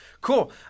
Cool